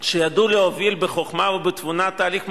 הזהירו אותו ואמרו לו: אל תלך לזה,